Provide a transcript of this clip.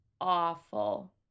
awful